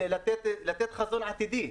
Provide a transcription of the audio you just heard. לתת חזון עתידי.